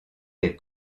des